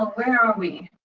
where are we?